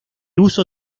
uso